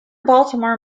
baltimore